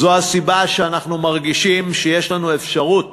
זו הסיבה שאנחנו מרגישים שיש לנו אפשרות